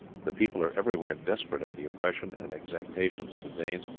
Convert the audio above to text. the people are everywhere desperate at the oppression and exactions of the danes,